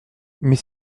mais